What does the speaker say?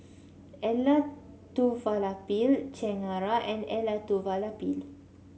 Elattuvalapil Chengara and Elattuvalapil